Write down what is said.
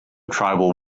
tribal